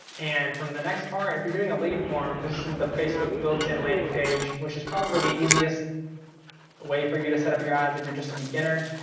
and from the next part, if you're doing a lead form, this is the facebook built in landing page, which is probably the easiest way for you to set up your ads if you're just a beginner.